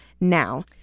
now